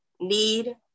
need